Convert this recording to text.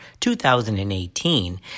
2018